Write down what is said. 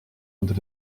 unter